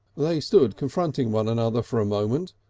they stood confronting one another for a moment,